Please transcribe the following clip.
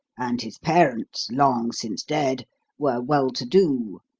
and his parents long since dead were well to do.